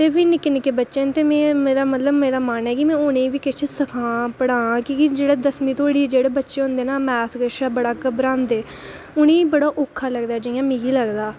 ते भी मेरे निक्के निक्के बच्चे न मेरा मन ऐ की में उ'नेंगी बी किश सखांऽ पढ़ांऽ की के जेह्ड़े दसमीं धोड़ी बच्चे होंदे ना ओह् मैथ कशा बड़े घबरांदे न उ'नेंगी बड़ा औखा लगदा जि'यां मिगी लगदा